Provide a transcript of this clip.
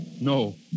No